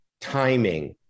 timing